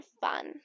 fun